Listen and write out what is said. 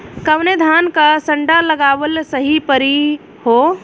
कवने धान क संन्डा लगावल सही परी हो?